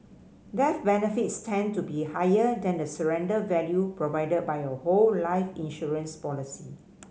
death benefits tend to be higher than the surrender value provided by a whole life insurance policy